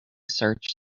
search